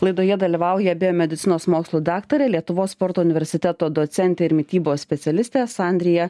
laidoje dalyvauja biomedicinos mokslų daktarė lietuvos sporto universiteto docentė ir mitybos specialistė sandrija